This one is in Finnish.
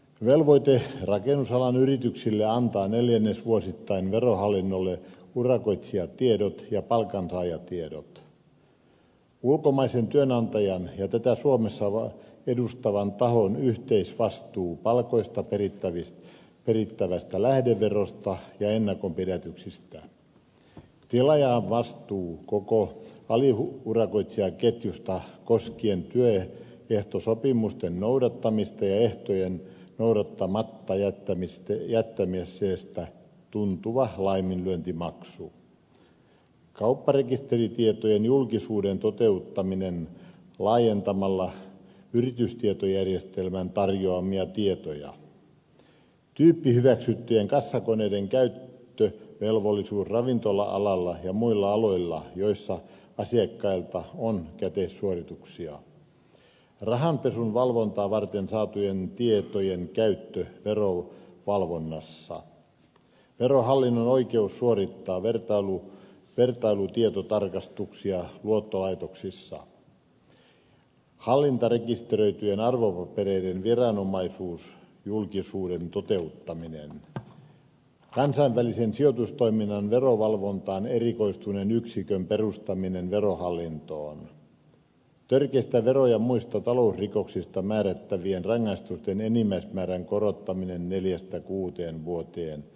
velvoite rakennusalan yrityksille antaa neljännesvuosittain verohallinnolle urakoitsijatiedot ja palkansaajantiedot ulkomaisen työnantajan ja tätä suomessa edustavan tahon yhteisvastuu palkoista perittävästä lähdeverosta ja ennakonpidätyksistä tilaajan vastuu koko aliurakoitsijaketjusta koskien työehtosopimusten noudattamista ja ehtojen noudattamatta jättämisestä tuntuva laiminlyöntimaksu kaupparekisteritietojen julkisuuden toteuttaminen laajentamalla yritystietojärjestelmän tarjoamia tietoja tyyppihyväksyttyjen kassakoneiden käyttövelvollisuus ravintola alalla ja muilla aloilla joilla asiakkailta on käteissuorituksia rahanpesun valvontaa varten saatujen tietojen käyttö verovalvon nassa verohallinnon oikeus suorittaa vertailutietotarkastuksia luottolaitoksissa hallintarekisteröityjen arvopapereiden viranomaisjulkisuuden toteuttaminen kansainvälisen sijoitustoiminnan verovalvontaan erikoistuneen yksikön perustaminen verohallintoon törkeistä vero ja muista talousrikoksista määrättävien rangaistusten enimmäismäärän korottaminen neljästä kuuteen vuoteen sekä talousrikosten hovioikeuskäsittelyn nopeuttaminen